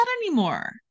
anymore